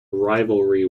rivalry